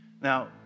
Now